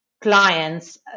clients